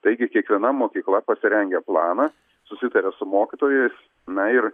taigi kiekviena mokykla pasirengia planą susitaria su mokytojais na ir